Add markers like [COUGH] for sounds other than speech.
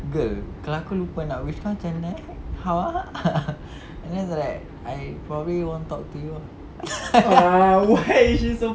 girl kalau aku lupa nak wish kau macam mana eh how ah [LAUGHS] and was like I probably won't talk to you ah [LAUGHS]